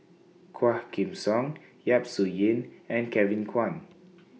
Quah Kim Song Yap Su Yin and Kevin Kwan